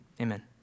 Amen